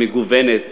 המגוונת